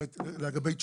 זה לגבי שאלתך.